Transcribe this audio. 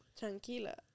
Tranquila